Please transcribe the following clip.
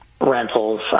rentals